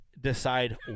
decide